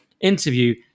interview